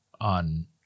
on